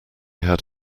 had